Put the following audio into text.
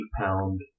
pound